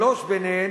שלוש מהן,